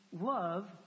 love